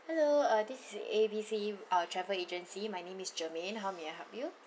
hello uh this is A_B_C uh travel agency my name is germaine how may I help you